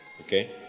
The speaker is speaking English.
Okay